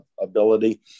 ability